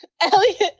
Elliot